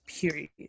period